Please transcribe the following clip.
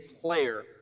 player